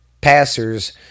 passers